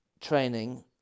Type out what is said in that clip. training